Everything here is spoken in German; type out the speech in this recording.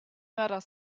mörder